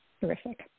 terrific